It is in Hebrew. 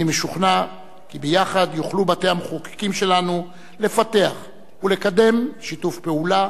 אני משוכנע כי ביחד יוכלו בתי-המחוקקים שלנו לפתח ולקדם שיתוף פעולה